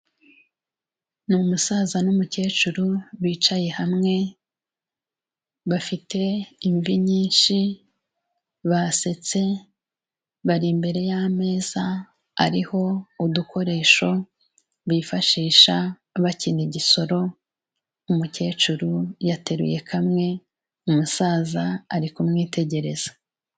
Ni umusaza n'umukecuru bicaye hamwe, bafite imvi nyinshi, basetse bari imbere y'ameza ariho udukoresho bifashisha bakina igisoro, umukecuru yateruye kamwe, umusaza ari kumwitegereza.